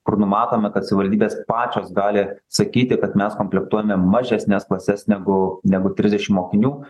kur numatome kad savivaldybės pačios gali sakyti kad mes komplektuojame mažesnes klases negu negu trisdešim mokinių